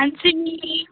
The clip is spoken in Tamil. ஹன்சின் மீனா